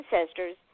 ancestors